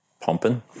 pumping